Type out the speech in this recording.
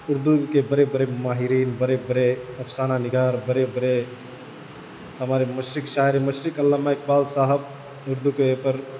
اردو کے بڑے بڑے ماہرین بڑے بڑے افسانہ نگار بڑے بڑے ہمارے مشرق شاعر مشرق علامہ اقبال صاحب اردو کے اوپر